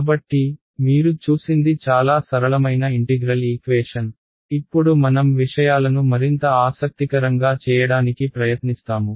కాబట్టి మీరు చూసింది చాలా సరళమైన ఇంటిగ్రల్ ఈక్వేషన్ ఇప్పుడు మనం విషయాలను మరింత ఆసక్తికరంగా చేయడానికి ప్రయత్నిస్తాము